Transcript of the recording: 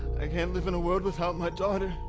i can't live in a world without my daughter.